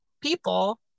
people